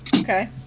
Okay